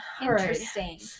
interesting